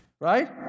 right